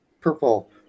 Purple